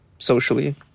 Socially